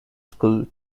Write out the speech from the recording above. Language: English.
school